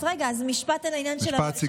אז עוד משפט.